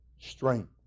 strength